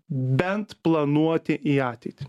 bent planuoti į ateitį